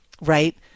right